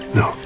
no